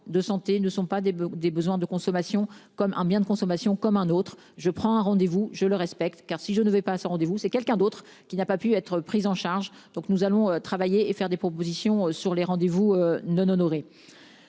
de santé ne sont pas des, des besoins de consommation comme un bien de consommation comme un autre. Je prends un rendez vous, je le respecte, car si je ne vais pas ce rendez-vous. C'est quelqu'un d'autre qui n'a pas pu être prise en charge. Donc nous allons travailler et faire des propositions sur les rendez-vous non honorés.